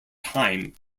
time